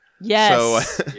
Yes